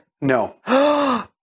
No